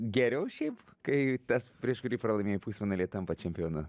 geriau šiaip kai tas prieš kurį pralaimėjai pusfinalyje tampa čempionu